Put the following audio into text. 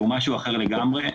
אחר לגמרי.